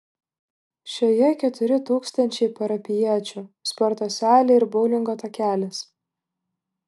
šioje keturi tūkstančiai parapijiečių sporto salė ir boulingo takelis